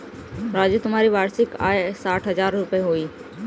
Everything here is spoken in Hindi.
राजू तुम्हारी वार्षिक आय साठ हज़ार रूपय हुई